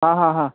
हां हां हां